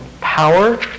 power